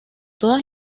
todas